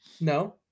no